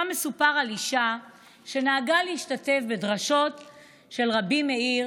מסופר שם על אישה שנהגה להשתתף בדרשות של רבי מאיר